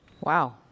Wow